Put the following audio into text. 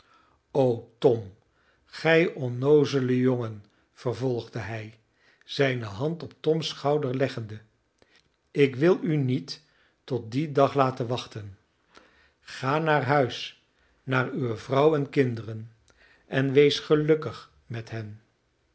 o tom gij onnoozele jongen vervolgde hij zijne hand op toms schouder leggende ik wil u niet tot dien dag laten wachten ga naar huis naar uwe vrouw en kinderen en wees gelukkig met hen